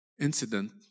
incident